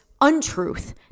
untruth